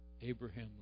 Abraham